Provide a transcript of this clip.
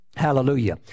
Hallelujah